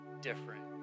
different